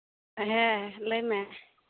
ᱦᱮᱸ ᱞᱟᱹᱭᱢᱮ